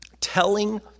telling